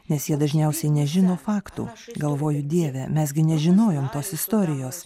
nes jie dažniausiai nežino faktų galvoju dieve mes gi nežinojom tos istorijos